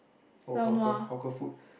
oh hawker hawker food